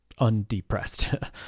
undepressed